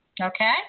Okay